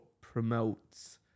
promotes